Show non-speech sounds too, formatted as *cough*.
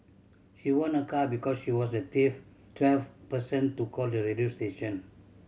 she won a car because she was the *unintelligible* twelfth person to call the radio station